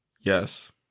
Yes